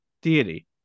deity